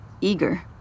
eager